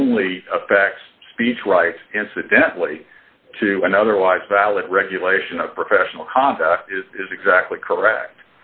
only affects speech rights incidentally to an otherwise valid regulation of professional conduct is exactly correct